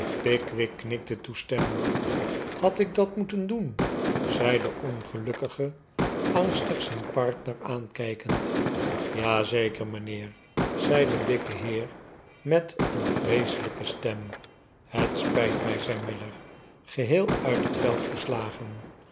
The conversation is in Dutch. pickwick knikte toestemmend had ik dat moeten doen zei de ongelukkige angstig zijn partner aankijkend ja zeker mijnheer zei de dikke heer met een vreeselijke stem het spijt mij zei miller geheel uit het veld geslagen